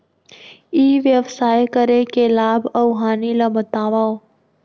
ई व्यवसाय करे के लाभ अऊ हानि ला बतावव?